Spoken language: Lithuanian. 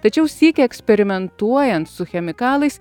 tačiau sykį eksperimentuojant su chemikalais